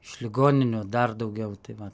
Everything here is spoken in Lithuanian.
iš ligoninių dar daugiau tai va